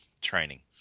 training